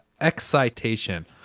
excitation